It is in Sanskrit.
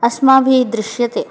अस्माभिः दृश्यते